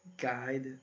guide